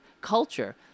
culture